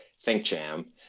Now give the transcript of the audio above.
ThinkJam